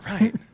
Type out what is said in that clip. Right